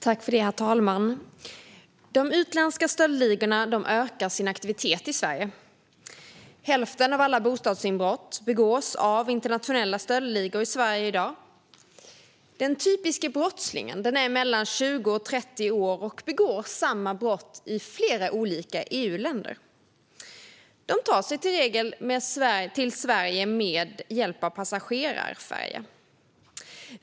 Herr talman! De utländska stöldligorna ökar sin aktivitet i Sverige. Hälften av alla bostadsinbrott i Sverige i dag begås av internationella stöldligor. Den typiske brottslingen är mellan 20 och 30 år och begår samma brott i flera olika EU-länder. De här personerna tar sig i regel till Sverige med hjälp av passagerarfärjor.